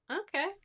Okay